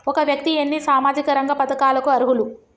ఒక వ్యక్తి ఎన్ని సామాజిక రంగ పథకాలకు అర్హులు?